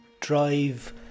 Drive